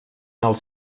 els